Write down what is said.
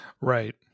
Right